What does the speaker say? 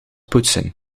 poetsen